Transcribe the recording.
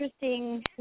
interesting